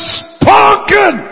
spoken